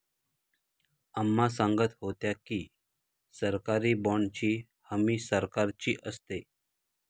अम्मा सांगत होत्या की, सरकारी बाँडची हमी सरकारची असते